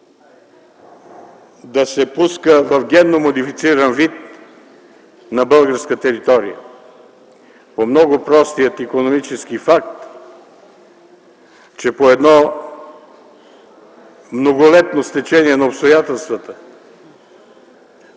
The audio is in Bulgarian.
да се пуска в генно модифициран вид на българска територия? По много простия икономически факт, че по едно многолетно стечение на обстоятелствата